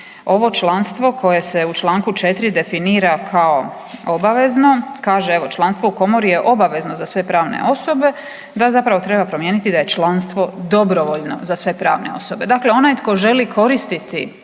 ovo članstvo koje se u članku 4. definira kao obvezno kaže evo: „Članstvo u komori je obavezno za sve pravne osobe“ da zapravo treba promijeniti da je članstvo dobrovoljno za sve pravne osobe. Dakle onaj tko želi koristiti